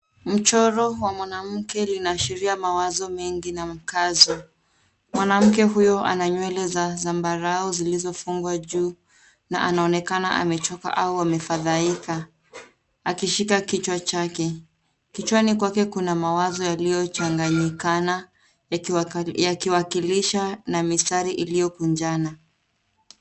Mchoro wa mwanamke linaashiria mawazo mengi na mkazo. Mwanamke huyu ana nywele za zambarau zilizo fungwa juu na anaonekana amechoka au amefadhaika akishika kichwa chake. Kichwani kwake kuna mawazo yaliyo changanyikana yakiwakilisha na mistari iliyokunjana.